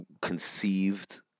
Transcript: conceived